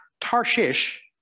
Tarshish